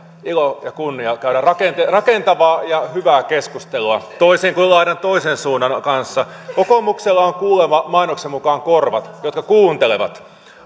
ilo ja kunnia käydä rakentavaa rakentavaa ja hyvää keskustelua toisin kuin laidan toisen suunnan kanssa kokoomuksella on kuulemma mainoksen mukaan korvat jotka kuuntelevat